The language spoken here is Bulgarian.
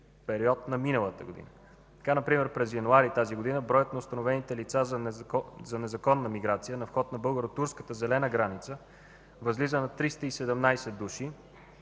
период на миналата година. Така например, през януари тази година броят на установените лица за незаконна миграция на вход на българо-турската зелена граница възлиза на 317 души